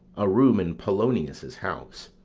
a room in polonius's house.